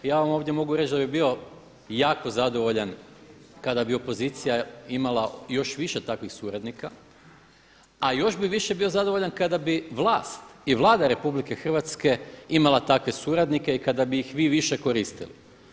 Ja vam ovdje mogu reći da bi bio jako zadovoljan kada bi opozicija imala još više takvih suradnika, a još bi više bio zadovoljan kada bi vlast i Vlada RH imala takve suradnike i kada bi ih vi više koristili.